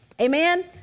Amen